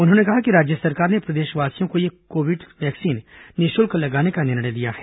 उन्होंने कहा कि राज्य सरकार ने प्रदेशवासियों को ये कोविड वैक्सीन निःशुल्क लगाने का निर्णय लिया है